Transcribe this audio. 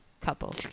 couple